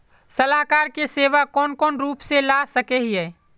सलाहकार के सेवा कौन कौन रूप में ला सके हिये?